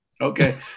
Okay